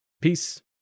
Peace